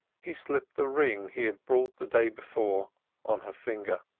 he slipped the ring he had brought the day before on her finger.